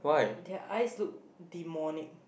their eyes look demonic